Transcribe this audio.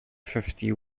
fifty